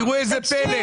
תראו איזה פלא.